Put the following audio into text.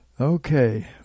Okay